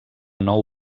nou